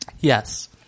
Yes